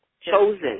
chosen